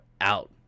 out